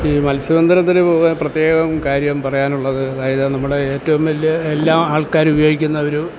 ഈ മത്സ്യബന്ധനത്തിനു പോകാൻ പ്രത്യേകം കാര്യം പറയാനുള്ളത് അതായത് നമ്മുടെ ഏറ്റവും വലിയ എല്ലാ ആൾക്കാരും ഉപയോഗിക്കുന്ന ഒരു